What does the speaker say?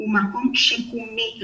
הוא מקום שיקומי לילד,